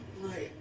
right